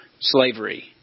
slavery